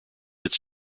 its